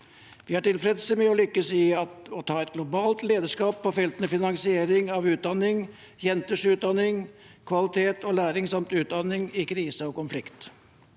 Vi er tilfreds med å lykkes i å ta et globalt lederskap på feltene finansiering av utdanning, jenters utdanning, kvalitet og læring samt utdanning i krise og konflikt.